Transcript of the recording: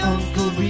Uncle